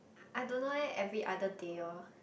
I don't know leh every other day loh